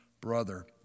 Brother